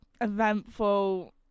eventful